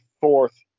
fourth